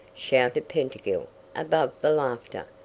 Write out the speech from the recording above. shouted pettingill above the laughter.